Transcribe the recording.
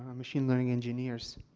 um machine learning engineers.